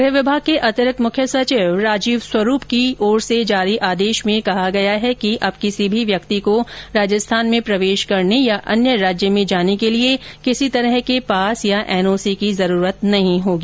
गृह विभाग के अतिरिक्त मुख्य सचिव राजीव स्वरूप की ओर से जारी आदेश में कहा गया है कि अब किसी भी व्यक्ति को राजस्थान में प्रवेश करने और अन्य राज्य में जाने के लिए किसी तरह के पास या एनओसी की जरूरत नहीं होगी